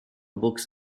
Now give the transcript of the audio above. books